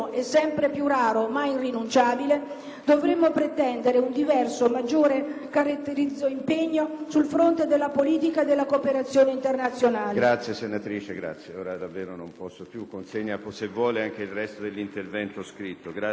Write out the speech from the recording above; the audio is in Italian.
caratterizzato sul fronte della politica e della cooperazione internazionale.